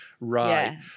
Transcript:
Right